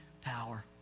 power